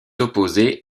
opposée